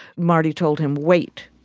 marty told him, wait.